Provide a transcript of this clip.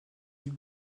îles